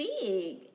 big